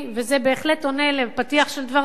וזה בהחלט עונה על הפתיח של דברי,